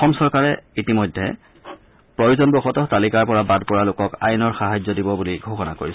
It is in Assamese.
অসম চৰকাৰে ইতিমধ্যে প্ৰয়োজনবশতঃ তালিকাৰ পৰা বাদ পৰা লোকক আইনৰ সাহায্য দিব বুলি ঘোষণা কৰিছে